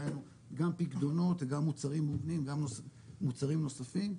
דהיינו גם פיקדונות וגם מוצרים מובנים וגם מוצרים נוספים.